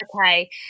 okay